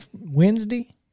Wednesday